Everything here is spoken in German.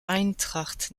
eintracht